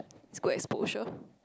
is good exposure